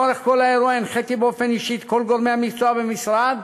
לאורך כל האירוע הנחיתי באופן אישי את כל גורמי המקצוע במשרד,